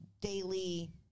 daily